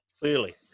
Clearly